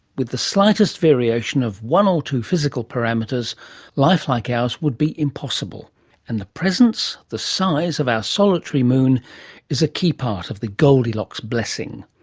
with the slightest variation of one or two physical parameters life like ours would be impossible and the presence, the size of our solitary moon is a key part of the goldilocks blessing.